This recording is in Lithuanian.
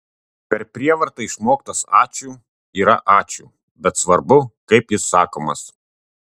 per prievartą išmoktas ačiū yra ačiū bet svarbu kaip jis sakomas